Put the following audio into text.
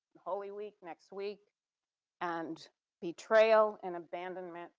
holy week, next week and betrayal and abandonment